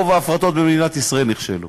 רוב ההפרטות במדינת ישראל נכשלו,